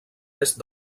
est